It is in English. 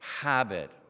habit